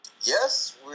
Yes